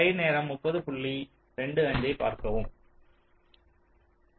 ஆஃப்செட்டைப் பார்ப்போம்